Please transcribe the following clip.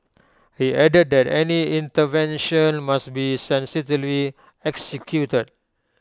he added that any intervention must be sensitively executed